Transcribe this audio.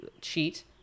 cheat